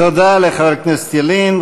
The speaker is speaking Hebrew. תודה לחבר הכנסת ילין.